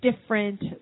different